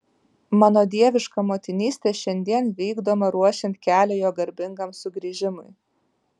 mano dieviška motinystė šiandien vykdoma ruošiant kelią jo garbingam sugrįžimui